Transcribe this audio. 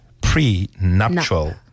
pre-nuptial